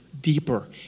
deeper